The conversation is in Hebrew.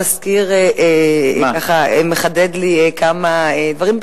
המזכיר מחדד לי כמה דברים,